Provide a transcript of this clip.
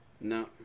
No